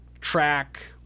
track